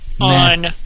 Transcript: on